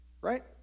right